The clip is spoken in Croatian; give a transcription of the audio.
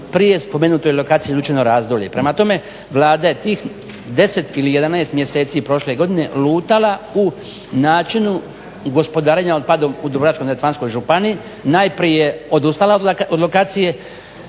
prije spomenutoj lokaciji Lučino Razdolje. Prema tome, Vlada je tih 10 ili 11 mjeseci prošle godine lutala u načinu gospodarenja otpadom u Dubrovačko-neretvanskoj županiji najprije odustala od lokacije.